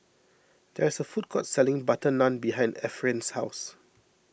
there is a food court selling Butter Naan behind Efrain's house